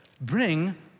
bring